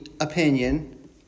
opinion